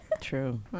True